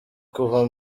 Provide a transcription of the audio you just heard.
kuva